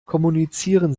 kommunizieren